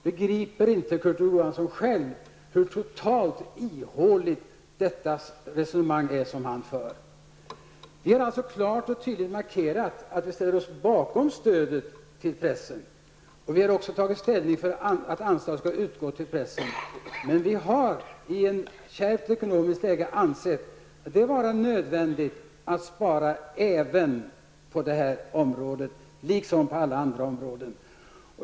Begriper inte Kurt Ove Johansson själv hur ihåligt det resonemang som han för är? Vi har klart och tydligt markerat att vi ställer oss bakom stödet till pressen och vi har också tagit ställning till att anslag skall utgått till pressen, men vi har i ett kärvt ekonomiskt läge ansett att det var nödvändigt att spara även på detta område, liksom på alla andra områden.